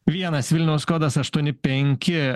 vienas vilniaus kodas aštuoni penki